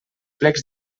plecs